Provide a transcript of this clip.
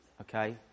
Okay